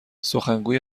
سخنگوی